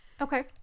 okay